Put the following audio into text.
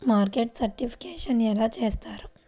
Market certification ఎలా చేస్తారు?